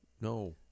No